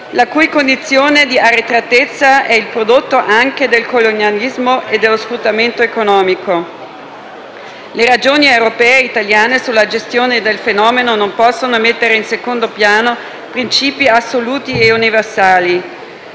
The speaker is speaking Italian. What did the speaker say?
la cui condizione di arretratezza è il prodotto anche del colonialismo e dello sfruttamento economico. Le ragioni europee e italiane sulla gestione del fenomeno non possono mettere in secondo piano principi assoluti e universali.